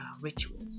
rituals